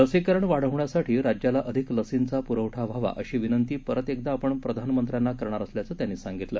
लसीकरण वाढवण्यासाठी राज्याला अधिक लसींचा पुरवठा व्हावा अशी विनंती परत एकदा आपण प्रधानमंत्र्यांना करणार असल्याचं त्यांनी सांगितलं